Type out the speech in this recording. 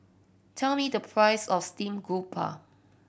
tell me the price of steamed garoupa